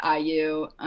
IU